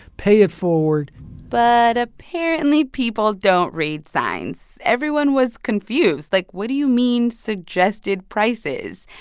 pay it forward but apparently, people don't read signs. everyone was confused, like, what do you mean suggested prices?